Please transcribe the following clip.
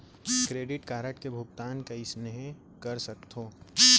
Credit card के भुगतान कइसने कर सकथो?